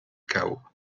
chaos